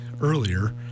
earlier